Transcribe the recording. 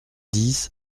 dix